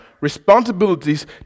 responsibilities